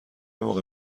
موقع